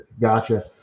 Gotcha